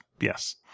yes